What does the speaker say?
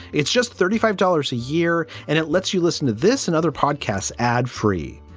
it's just thirty five dollars a year and it lets you listen to this and other podcasts ad free.